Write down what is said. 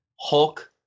hulk